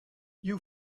you